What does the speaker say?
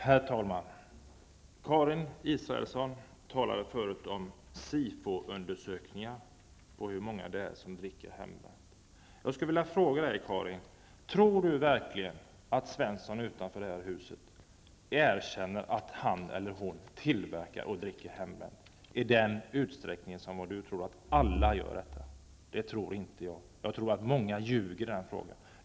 Herr talman! Karin Israelsson talade förut om Israelsson: Tror ni verkligen att Svensson utanför det här huset erkänner att han eller hon tillverkar och dricker hembränt i den utsträckning som ni menar förekommer? Jag tror att många ljuger när det gäller denna fråga.